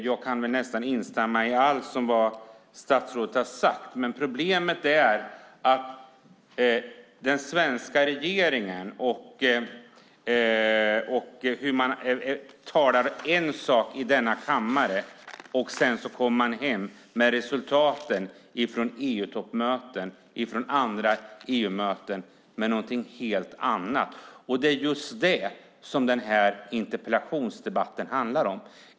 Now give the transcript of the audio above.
Jag kan väl instämma i nästan allt som statsrådet har sagt, men problemet är att den svenska regeringen säger en sak i denna kammare och sedan kommer hem med resultat från EU-toppmöten och andra EU-möten som är någonting helt annat. Det är just det som den här interpellationsdebatten handlar om.